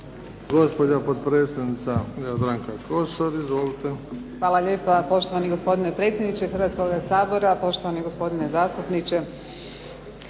Gospođa potpredsjednica Jadranka Kosor. Izvolite. **Kosor, Jadranka (HDZ)** Hvala lijepa poštovani gospodine predsjedniče Hrvatskoga sabora, poštovani gospodine zastupniče.